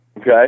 okay